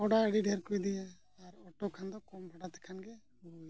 ᱠᱚᱰᱟ ᱟᱹᱰᱤ ᱰᱷᱮᱹᱨ ᱠᱚ ᱤᱫᱤᱭᱟ ᱟᱨ ᱚᱴᱳ ᱛᱮᱠᱷᱟᱱ ᱫᱚ ᱠᱚᱢ ᱵᱷᱟᱲᱟ ᱛᱮᱠᱷᱟᱱ ᱜᱮ ᱤᱫᱤᱭᱟ